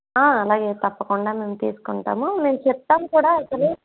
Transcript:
అలాగే తప్పకుండా మేము తీసుకుంటాము నేను చెప్పాను కదా అసలు